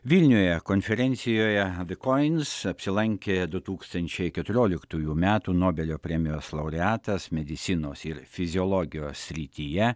vilniuje konferencijoje avikoins apsilankė du tūkstančiai keturioliktųjų metų nobelio premijos laureatas medicinos ir fiziologijos srityje